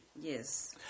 Yes